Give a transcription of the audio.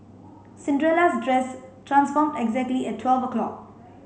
Cinderella's dress transformed exactly at twelve o'clock